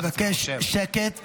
אני מבקש שקט במליאה,